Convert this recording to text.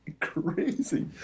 crazy